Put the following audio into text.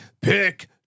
pick